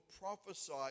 prophesy